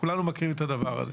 כולנו מכירים את הדבר הזה.